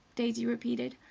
daisy repeated.